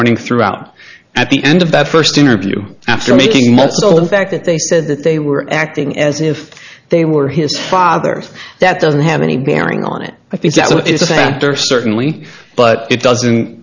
warning throughout at the end of that first interview after making much of the fact that they said that they were acting as if they were his father that doesn't have any bearing on it i think so it's a stand there certainly but it doesn't